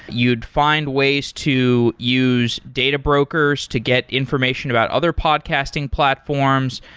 you'd find ways to use data brokers to get information about other podcasting platforms.